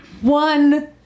One